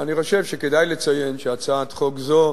אני חושב שכדאי לציין שהצעת חוק זו,